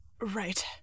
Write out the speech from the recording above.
Right